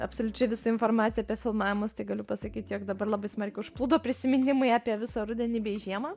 absoliučiai visą informaciją apie filmavimus tai galiu pasakyt jog dabar labai smarkiai užplūdo prisiminimai apie visą rudenį bei žiemą